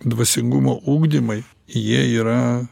dvasingumo ugdymai jie yra